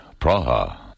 Praha